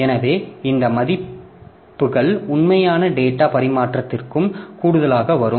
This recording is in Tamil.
எனவே அந்த மதிப்புகள் உண்மையான டேட்டா பரிமாற்றத்திற்கும் கூடுதலாக வரும்